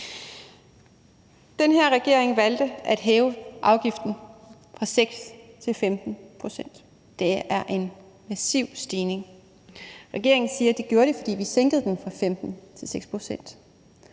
Den her regering valgte at hæve afgiften fra 6 pct. til 15 pct. Det er en massiv stigning. Regeringen siger, at de gjorde det, fordi vi sænkede den fra 15 pct.